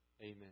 Amen